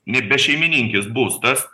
ne bešeimininkis būstas